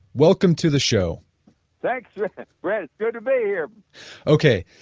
welcome to the show thanks brett, good to be here okay,